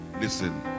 listen